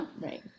right